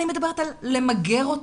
אני מדברת על למגר אותה.